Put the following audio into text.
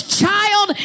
child